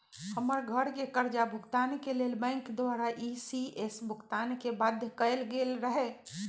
हमर घरके करजा भूगतान के लेल बैंक द्वारा इ.सी.एस भुगतान के बाध्य कएल गेल रहै